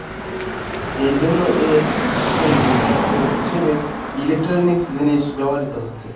এই জন্য এর এখন বিকল্প হিসেবে ইলেকট্রনিক্স জিনিস ব্যবহৃত হচ্ছে